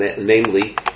namely